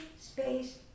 space